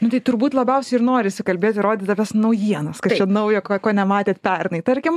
nu tai turbūt labiausiai ir norisi kalbėt ir rodyti tas naujienas kas čia naujo ko nematėt pernai tarkim